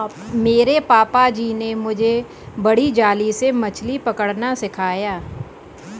मेरे पापा जी ने मुझे बड़ी जाली से मछली पकड़ना सिखाया